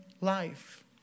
life